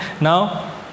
Now